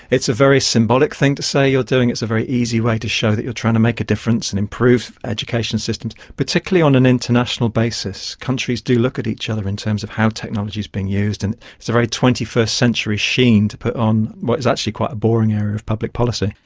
it's a very symbolic thing to say you are doing, it's a very easy way to show that you are trying to make a difference and improve education systems, particularly on an international basis. countries do look at each other in terms of how technology is being used and it's a very twenty first century sheen to put on what is actually quite a boring area of public policy.